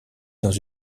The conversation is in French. dans